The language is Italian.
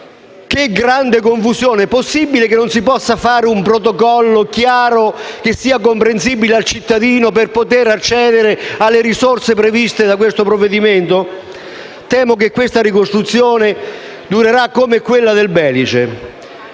Che grande confusione! È possibile che non si possa fare un protocollo chiaro, che sia comprensibile al cittadino per poter accedere alle risorse previste dal provvedimento? Temo che la ricostruzione durerà come quella del Belice.